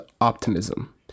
optimism